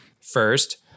First